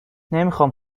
نمیخام